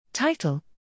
Title